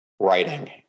Writing